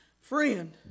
Friend